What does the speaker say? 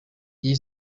iyi